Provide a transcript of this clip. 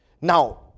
Now